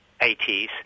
80s